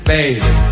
Baby